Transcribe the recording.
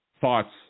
thoughts